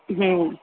હમ્મ